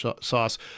sauce